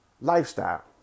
Lifestyle